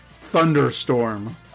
Thunderstorm